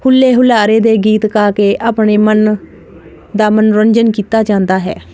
ਹੁੱਲੇ ਹੁਲਾਰੇ ਦੇ ਗੀਤ ਗਾ ਕੇ ਆਪਣੇ ਮਨ ਦਾ ਮਨੋਰੰਜਨ ਕੀਤਾ ਜਾਂਦਾ ਹੈ